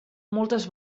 moltes